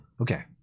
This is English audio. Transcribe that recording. Okay